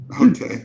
Okay